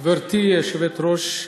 גברתי היושבת-ראש,